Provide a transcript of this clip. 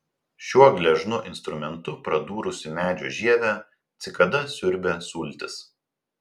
šiuo gležnu instrumentu pradūrusi medžio žievę cikada siurbia sultis